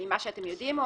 ממה שאתם יודעים?